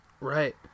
Right